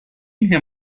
این